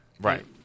Right